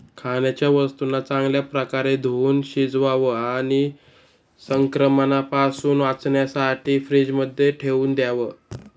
खाण्याच्या वस्तूंना चांगल्या प्रकारे धुवुन शिजवावं आणि संक्रमणापासून वाचण्यासाठी फ्रीजमध्ये ठेवून द्याव